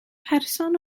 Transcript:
person